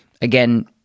again